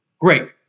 Great